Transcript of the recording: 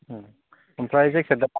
ओमफ्राय जायखिजाया दा